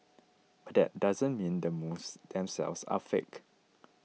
but that doesn't mean the moves themselves are fake